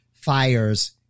Fires